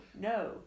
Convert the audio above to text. no